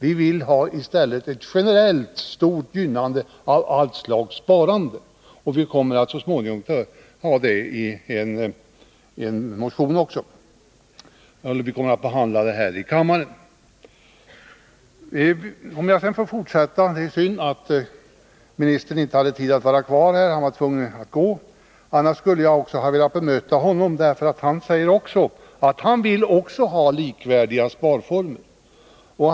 I stället vill vi ha ett generellt, stort gynnande av allt slags sparande. Om detta har vi motionerat, så att saken blir behandlad här i kammaren. Det är synd att statsrådet inte är kvar i kammaren, han var tvungen att gå. Annars skulle jag också ha velat bemöta honom, eftersom även han sade att han vill ha likvärdiga sparformer.